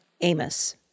amos